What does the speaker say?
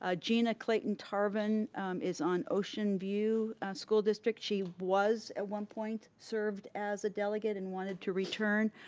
ah jeana clayton tarvin is on ocean view school district. she was, at one point, served as a delegate and wanted to return.